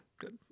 good